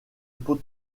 pot